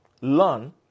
learn